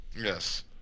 Yes